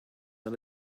and